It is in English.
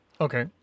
Okay